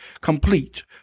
complete